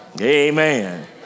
Amen